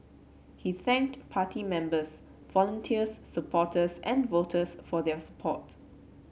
he thanked party members volunteers supporters and voters for their support